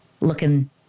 looking